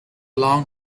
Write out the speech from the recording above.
long